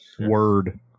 Word